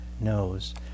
knows